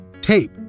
Tape